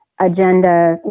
agenda